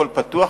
הכול פתוח,